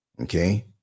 Okay